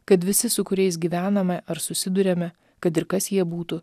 kad visi su kuriais gyvename ar susiduriame kad ir kas jie būtų